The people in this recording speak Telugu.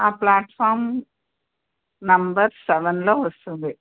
ఆ ప్లాట్ఫామ్ నెంబర్ సెవెన్లో వస్తుంది